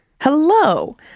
Hello